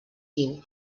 viu